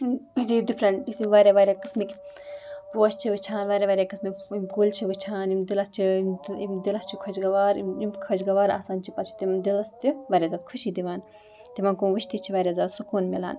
different یہِ واریاہ واریاہ قٕسمٕکۍ پوش چھِ وٕچھان واریاہ واریاہ قٕسمٕکۍ کُلۍ چھِ وٕچھان یِم دِلَس چھِ یِم یِم دِلَس چھِ خۄش گوار یِم یِم خۄش گوار آسان چھِ پَتہٕ چھِ تِم دِلَس تہِ واریاہ زیادٕ خوشی دِوان تِمَن کُن وٕچھتھی چھِ واریاہ زیادٕ سُکوٗن مِلان